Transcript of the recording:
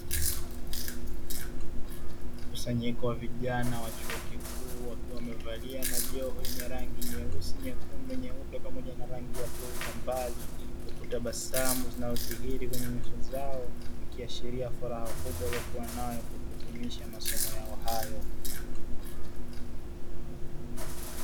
Mkusanyiko wa vijana wa chuo kikuu wakiwa wamevalia majoho yenye rangi nyeusi, nyekundu, nyeupe pamoja na rangi ya bluu kwa mbali huku tabasamu zinazodhihiri kwenye nyuso zao ikiashiria furaha kubwa waliokuwa nayo kwa kuhitimisha masomo yao hayo.